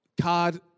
card